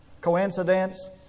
Coincidence